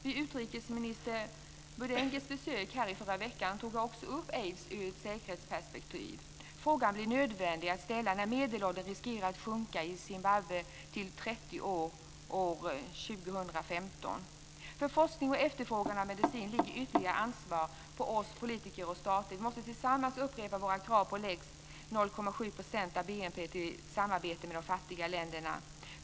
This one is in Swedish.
Vid utrikesminister Mudenges besök här förra veckan tog jag upp aidsfrågan i ett säkerhetsperspektiv. Frågan blir nödvändig att ställa när medelåldern i Zimbabwe riskerar att sjunka till 30 år 2015. För forskning och efterfrågan av medicin ligger det yttersta ansvaret på oss politiker, på staterna. Vi måste tillsammans upprepa våra krav på lägst 0,7 % av BNP till samarbete med de fattiga länderna.